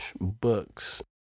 books